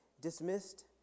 dismissed